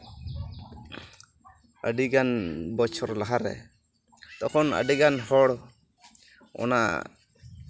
ᱟ ᱰᱤᱜᱟᱱ ᱵᱚᱪᱷᱚᱨ ᱞᱟᱦᱟ ᱨᱮ ᱛᱚᱠᱷᱚᱱ ᱟ ᱰᱤ ᱜᱟᱱ ᱦᱚᱲ ᱚᱱᱟ